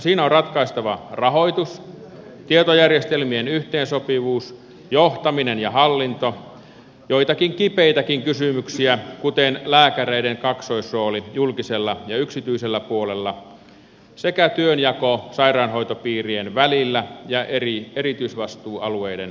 siinä on ratkaistava rahoitus tietojärjestelmien yhteensopivuus johtaminen ja hallinto joitakin kipeitäkin kysymyksiä kuten lääkäreiden kaksoisrooli julkisella ja yksityisellä puolella sekä työnjako sairaanhoitopiirien välillä ja eri erityisvastuualueiden välillä